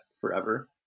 forever